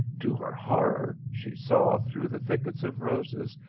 to her horror she saw through the thickets of roses,